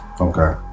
Okay